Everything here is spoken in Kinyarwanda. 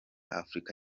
afurika